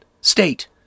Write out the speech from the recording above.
State